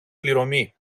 πληρωμή